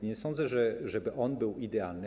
Nie sądzę, żeby on był idealny.